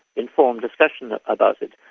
informed discussion about it.